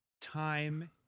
time